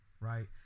right